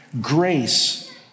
grace